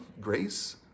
grace